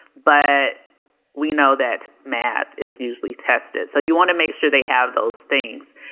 but we know that math is usually tested. so you want to make sure they have those things.